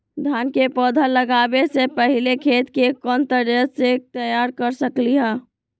धान के पौधा लगाबे से पहिले खेत के कोन तरह से तैयार कर सकली ह?